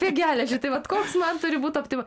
apie geležį tai vat koks man turi būt optima